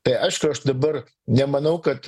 tai aišku aš dabar nemanau kad